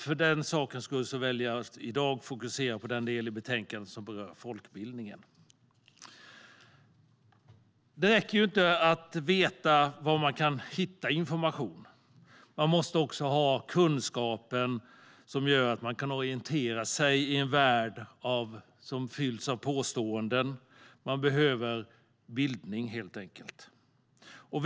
För den sakens skull väljer jag att i dag fokusera på den del i betänkandet som rör folkbildningen. Det räcker inte att veta var man kan hitta information. Man måste också ha kunskapen som gör att man kan orientera sig i en värld som fylls av påståenden. Man behöver helt enkelt bildning.